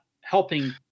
helping